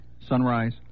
Sunrise